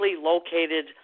located